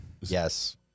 Yes